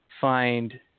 find